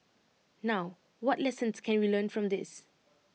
now what lessons can we learn from this